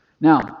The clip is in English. Now